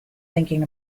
thinking